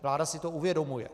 Vláda si to uvědomuje.